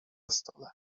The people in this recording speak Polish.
stole